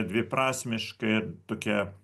dviprasmiška tokia